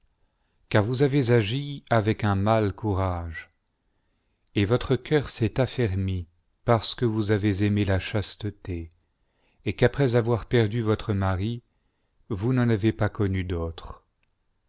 car vous avez agi avec un mâle courage et votre cœur s'est affermi parce que vous avez aimé la chasteté et qu'après avoir perdu votre mari vous n'en avez pas connu d'autre